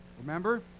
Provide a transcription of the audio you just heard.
Remember